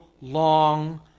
long